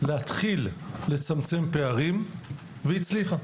להתחיל לצמצם פערים והצליחה.